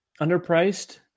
underpriced